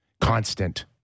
constant